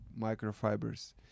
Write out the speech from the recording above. microfibers